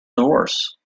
divorce